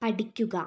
പഠിക്കുക